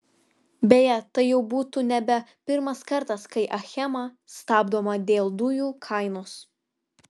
beje tai jau būtų nebe pirmas kartas kai achema stabdoma dėl dujų kainos